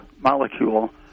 molecule